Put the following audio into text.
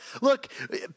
Look